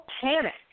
panic